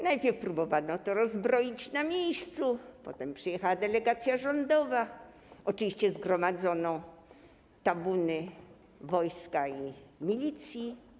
Najpierw próbowano to rozbroić na miejscu, potem przyjechała delegacja rządowa - oczywiście zgromadzono tabuny wojska i milicji.